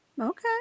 Okay